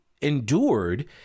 endured